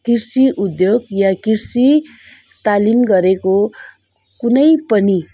कृषि उद्योग या कृषि तालिम गरेको कुनै पनि